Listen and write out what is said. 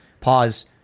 Pause